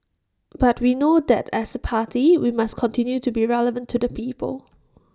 but we know that as A party we must continue to be relevant to the people